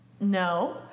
No